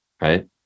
Right